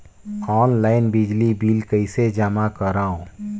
Online बिजली bill कइसे जमा करव?